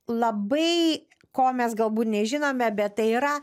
labai ko mes galbūt nežinome bet tai yra